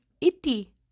Iti